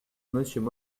monsieur